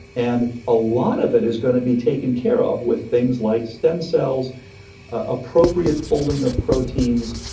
and a lot of it is gonna be taken care of with things like stem cells appropriate folding of proteins,